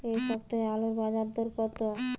এ সপ্তাহে আলুর বাজারে দর কত?